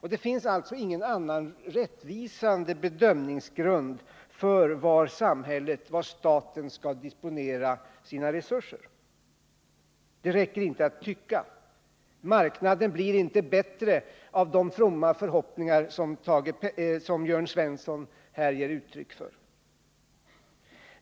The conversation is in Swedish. Det finns alltså ingen annan Torsdagen den rättvisande bedömningsgrund för var staten-samhället skall disponera sina 5 juni 1980 resurser. Det räcker inte att tycka. Marknaden blir inte bättre av de fromma förhoppningar som Jörn Svensson här ger uttryck för.